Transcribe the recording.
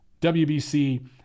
wbc